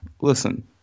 listen